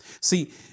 See